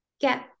get